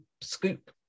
scoop